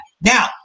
now